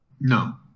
no